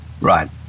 Right